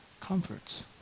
comforts